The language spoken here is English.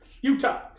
Utah